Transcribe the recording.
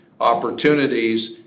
opportunities